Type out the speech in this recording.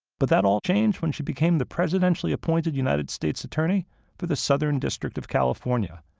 but that all changed when she became the presidential appointed united states attorney for the southern district of california,